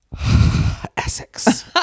essex